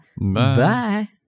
Bye